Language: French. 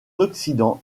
occident